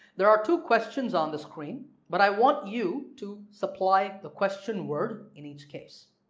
there are two questions on the screen but i want you to supply the question word in each case